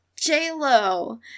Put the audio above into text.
J-Lo